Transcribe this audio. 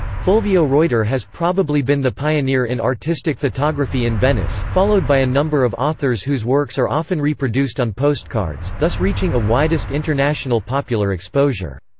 fulvio roiter has probably been the pioneer in artistic photography in venice, followed by a number of authors whose works are often reproduced on postcards, thus reaching a widest international popular exposure.